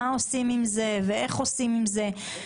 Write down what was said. לשאלה מה עושים עם זה ואיך עושים עם זה.